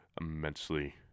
immensely